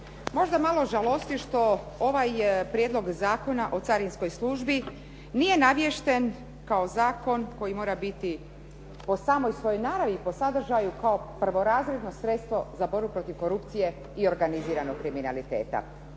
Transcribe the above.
Možda malo žalosti što ovaj Prijedlog zakona o carinskoj službi nije navješten kao zakon koji mora biti po samoj svojoj naravi, po sadržaju, kao prvorazredno sredstvo za borbu protiv korupcije i organiziranog kriminaliteta.